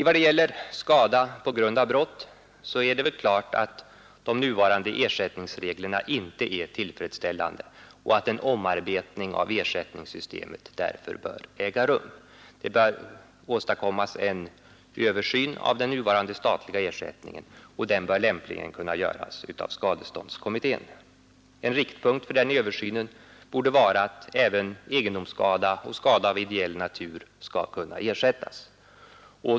Vad gäller skada på grund av brott är det klart att de nuvarande ersättningsreglerna inte är tillfredsställande och att en omarbetning av ersättningssystemet därför bör äga rum. Det bör åstadkommas en översyn av den nuvarande statliga ersättningen, och den bör lämpligen kunna göras av skadeståndskommittén. En riktpunkt för den översynen borde vara att även egendomsskada och skada av ideell natur skall kunna ersättas.